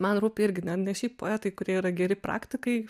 man rūpi irgi ne ne šiaip poetai kurie yra geri praktikai